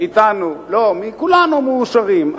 מאתנו, לא, כולנו מאושרים.